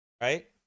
Right